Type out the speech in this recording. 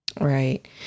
Right